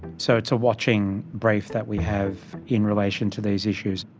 so it's a watching brief that we have in relation to these issues.